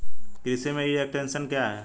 कृषि में e extension क्या है?